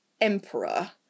emperor